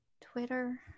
twitter